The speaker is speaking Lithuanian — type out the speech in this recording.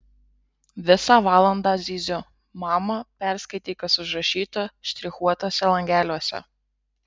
visą valandą zyziu mama perskaityk kas užrašyta štrichuotuose langeliuose